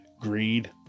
greed